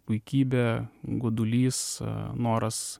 puikybė godulys noras